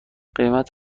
قیمت